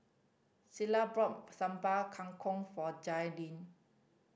Clella bought Sambal Kangkong for Jailyn